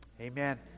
amen